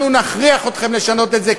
אנחנו נכריח אתכם לשנות את זה,